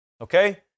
Okay